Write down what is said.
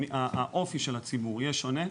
האופי של הציבור יהיה שונה,